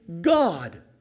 God